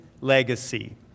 legacy